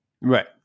right